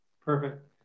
perfect